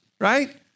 right